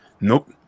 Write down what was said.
Nope